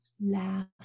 laugh